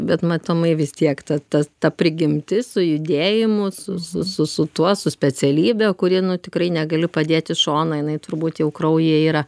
bet matomai vis tiek ta ta ta prigimtis su judėjimu su su su su tuo su specialybe kuri nu tikrai negali padėt į šoną jinai turbūt jau kraujyje yra